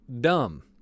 dumb